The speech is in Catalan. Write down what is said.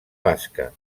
basca